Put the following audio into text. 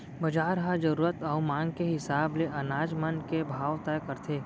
बजार ह जरूरत अउ मांग के हिसाब ले अनाज मन के भाव तय करथे